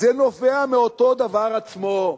זה נובע מאותו דבר עצמו,